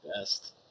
best